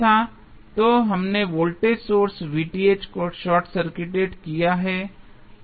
तो हमने voltage source को शार्ट सर्किटेड किया है